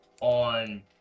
on